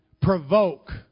provoke